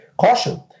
caution